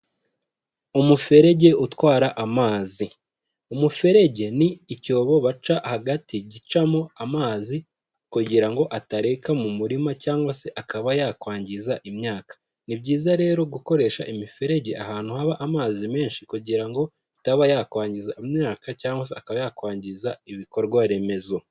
Umuferege utwara amazi. Umuferege ni icyobo baca hagati gicamo amazi, kugira ngo atareka mu murima cyangwa se akaba yakwangiza imyaka. Ni byiza rero gukoresha imiferege ahantu haba amazi menshi kugira ngo itaba yakwangiza imyaka cyangwa se akaba yakwangiza ibikorwaremezo.